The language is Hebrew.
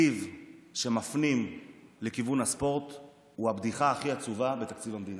שהתקציב שמפנים לכיוון הספורט הוא הבדיחה הכי עצובה בתקציב המדינה.